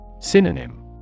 Synonym